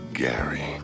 gary